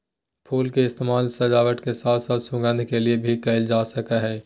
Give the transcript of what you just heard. फुल के इस्तेमाल सजावट के साथ साथ सुगंध के लिए भी कयल जा हइ